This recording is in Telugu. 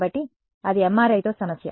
కాబట్టి అది MRI తో సమస్య